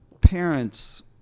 parents